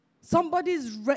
Somebody's